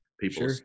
people